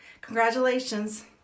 Congratulations